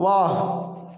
ವಾಹ್